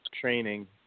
training